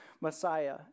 messiah